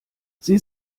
sie